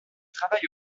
travaille